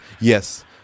yes